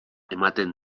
ematen